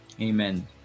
Amen